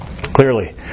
clearly